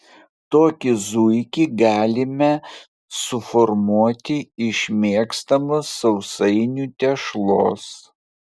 tokį zuikį galime suformuoti iš mėgstamos sausainių tešlos